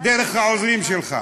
דרך העוזרים שלך,